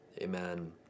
Amen